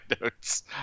notes